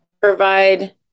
provide